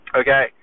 okay